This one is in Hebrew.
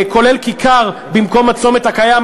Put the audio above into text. כולל כיכר במקום הצומת הקיים,